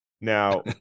Now